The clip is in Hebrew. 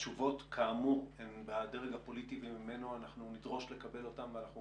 התשובות כאמור הן בדרג הפוליטי וממנו אנחנו נדרוש לקבל אותן ואנחנו